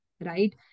right